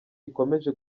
ikomeje